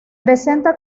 presenta